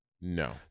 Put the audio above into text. No